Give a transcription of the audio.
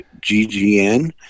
GGN